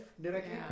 directly